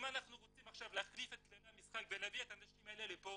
אם אנחנו רוצים עכשיו להחליף את כללי המשחק ולהביא את האנשים האלה לפה